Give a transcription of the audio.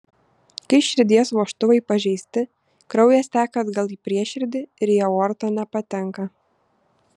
kai širdies vožtuvai pažeisti kraujas teka atgal į prieširdį ir į aortą nepatenka